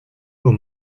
aux